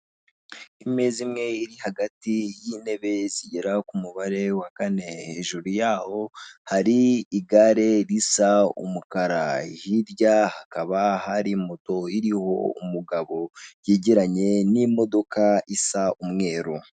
Imeza imwe iri hagati y'intebe zigera ku mubare wa kane, hejuru yaho hari igare risa umukara, hirya hakaba hari moto iriho umugabo yegeranye n'imodoka isa umweru.